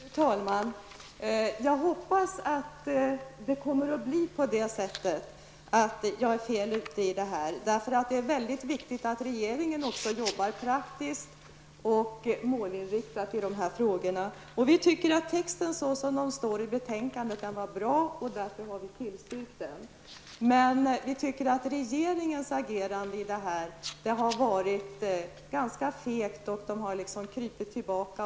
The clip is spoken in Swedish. Fru talman! Jag hoppas att det kommer att bli så att jag är fel ute. Det är väldigt viktigt att regeringen arbetar praktiskt och målinriktat i dessa frågor. Vi tycker att skrivningen i betänkandet är bra och därför ställer vi oss bakom den. Men regeringens agerande har varit ganska fegt. Man har liksom krupit tillbaka.